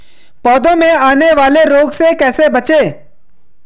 पौधों में आने वाले रोग से कैसे बचें?